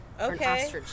Okay